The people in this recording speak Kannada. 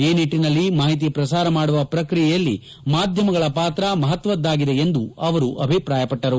ಈ ನಿಟ್ಟಿನಲ್ಲಿ ಮಾಹಿತಿ ಪ್ರಸಾರ ಮಾಡುವ ಪ್ರಕ್ರಿಯೆಯಲ್ಲಿ ಮಾಧ್ಯಮಗಳ ಪಾತ್ರ ಮಹತ್ವದ್ದಾಗಿದೆ ಎಂದು ಅವರು ಅಭಿಪ್ರಾಯಪಟ್ವರು